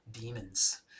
demons